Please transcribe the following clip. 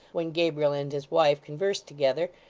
when gabriel and his wife conversed together,